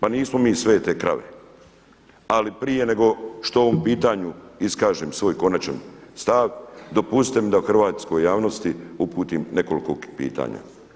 Pa nismo mi svete krave ali prije nego što o ovom pitanju iskažem svoj konačan stav dopustite mi da hrvatskoj javnosti uputim nekoliko pitanja.